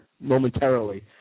momentarily